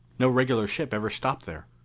no regular ship ever stopped there.